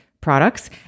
products